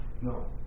No